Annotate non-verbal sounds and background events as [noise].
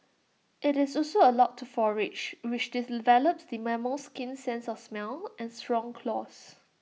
IT is also allowed to forage which [unintelligible] develops the mammal's keen sense of smell and strong claws